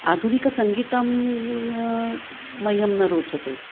आधुनिकसङ्गीतं मह्यं न रोचते